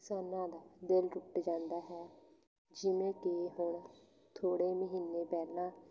ਕਿਸਾਨਾਂ ਦਾ ਦਿਲ ਟੁੱਟ ਜਾਂਦਾ ਹੈ ਜਿਵੇਂ ਕਿ ਹੁਣ ਥੋੜ੍ਹੇ ਮਹੀਨੇ ਪਹਿਲਾਂ